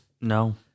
No